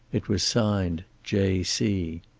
it was signed j. c.